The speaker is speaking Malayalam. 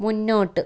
മുന്നോട്ട്